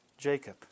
Jacob